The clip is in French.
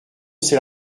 c’est